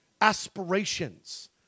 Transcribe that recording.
aspirations